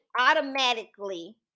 automatically